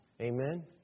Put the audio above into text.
Amen